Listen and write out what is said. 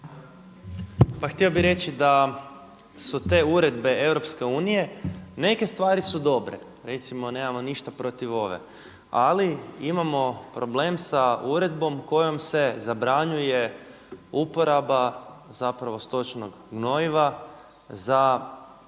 Pa htio bi reći da su te uredbe EU neke stvari su dobre. Recimo nemamo ništa protiv ove, ali imamo problem sa uredbom kojom se zabranjuje uporaba stočnog gnojiva za